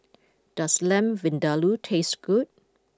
does Lamb Vindaloo taste good